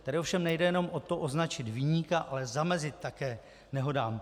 Tady ovšem nejde jenom o to, označit viníka, ale zamezit také nehodám.